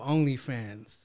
OnlyFans